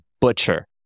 butcher